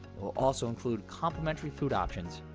it'll also include complimentary food options,